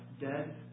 dead